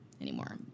anymore